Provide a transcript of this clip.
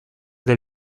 del